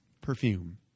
perfume